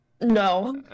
No